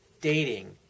dating